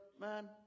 man